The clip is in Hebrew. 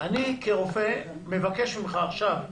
אני כרופא מבקש ממך עכשיו,